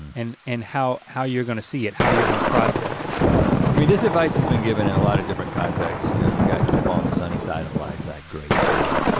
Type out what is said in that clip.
and and how how you're gonna see it, how you're gonna process it. i mean, this advice has been given in a lot of different contexts. you know you've got keep on the sunny side of life, that great song.